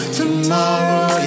tomorrow